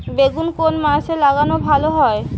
বেগুন কোন মাসে লাগালে ভালো হয়?